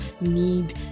need